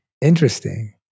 Interesting